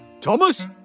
Thomas